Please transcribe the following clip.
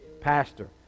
Pastor